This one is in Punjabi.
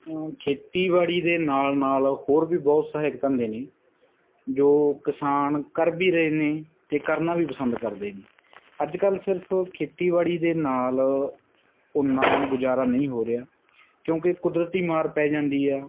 ਖੇਤੀਬਾੜੀ ਦੇ ਨਾਲ ਨਾਲ ਹੋਰ ਵੀ ਬਹੁਤ ਸਹਾਇਕ ਧੰਦੇ ਨੇ ਜੋ ਕਿਸਾਨ ਕਰ ਵੀ ਰਹੇ ਨੇ ਤੇ ਕਰਨਾ ਵੀ ਪਸੰਦ ਕਰਦੇ ਨੇ ਅੱਜ ਕੱਲ ਸਿਰਫ ਖੇਤੀਬਾੜੀ ਦੇ ਨਾਲ ਉਨ੍ਹਾਂ ਗੁਜ਼ਾਰਾ ਨਹੀਂ ਹੋ ਰਿਹਾ ਕਿਉਂਕਿ ਕੁਦਰਤੀ ਮਾਰ ਪੈ ਜਾਂਦੀ ਆ